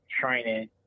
training